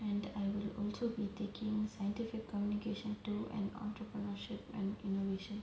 and I will also be taking scientific communication to an entrepreneurship and innovation